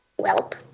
Welp